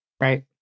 right